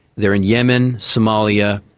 they are in yemen, somalia,